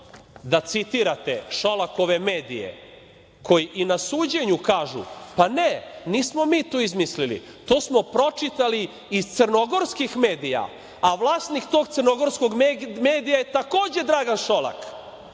da citirate Šolakove medije koji i na suđenju kažu – pa, ne, nismo mi to izmislili, to smo pročitali iz crnogorskih medija, a vlasnik tog crnogorskog medija je takođe Dragan Šolak.